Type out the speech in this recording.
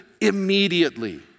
immediately